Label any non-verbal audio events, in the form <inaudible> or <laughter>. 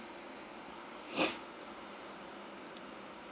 <noise>